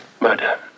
Murder